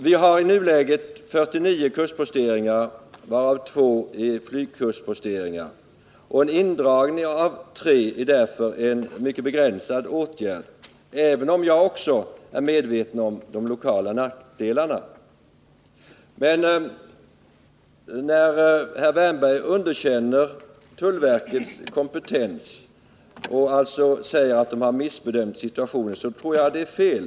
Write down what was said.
Vi har i dag 49 kustposteringar, varav 2 är flygkustposteringar. En indragning av 3 posteringar innebär därför en mycket begränsad åtgärd, även om det medför — det är också jag medveten om — lokala nackdelar. Men när herr Wärnberg underkänner tullverkets kompetens och säger att verket har missbedömt situationen tror jag att det är fel.